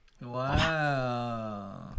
Wow